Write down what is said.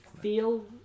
feel